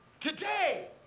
Today